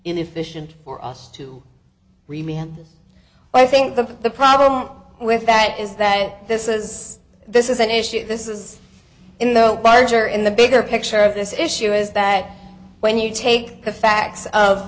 inefficient for us to remain on this i think the problem with that is that this is this is an issue this is in the barge or in the bigger picture of this issue is that when you take the facts of